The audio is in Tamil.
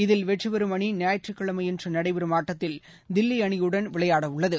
இதில் வெற்றிபெறும் அணி ஞாயிற்றுக் கிழமையன்றுநடைபெறும் ஆட்டத்தில் தில்லிஅணியுடன் விளையாடஉள்ளது